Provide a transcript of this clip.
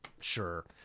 sure